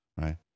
right